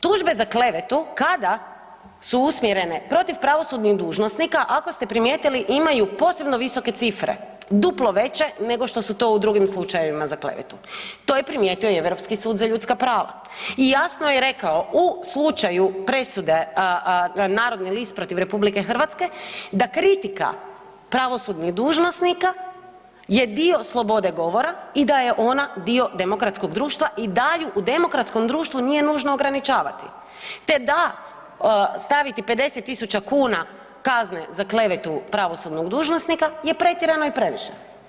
Tužbe za klevetu kada su usmjerene protiv pravosudnih dužnosnika ako ste primijetili imaju posebno visoke cifre, duplo veće nego što su to u drugim slučajevima za klevetu, to je primijetio i Europski sud za ljudska prava i jasno je rekao u slučaju presude Narodni list protiv RH da kritika pravosudnih dužnosnika je dio slobode govora i da je ona dio demokratskog društva i da ju u demokratskom društvu nije nužno ograničavati te da staviti 50.000 kuna kazne za klevetu pravosudnog dužnosnika je pretjerano i previše.